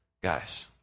guys